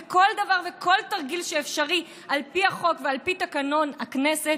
וכל דבר וכל תרגיל שאפשרי על פי החוק ועל פי תקנון הכנסת.